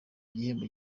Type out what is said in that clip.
igihembo